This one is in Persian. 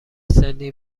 سنی